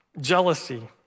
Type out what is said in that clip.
Jealousy